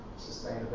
sustainability